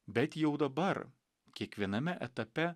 bet jau dabar kiekviename etape